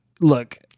look